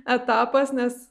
etapas nes